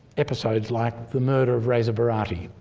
episodes like the murder of reza barati.